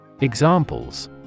Examples